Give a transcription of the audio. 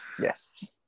Yes